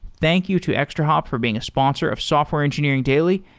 thank you to extrahop for being a sponsor of software engineering daily,